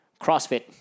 CrossFit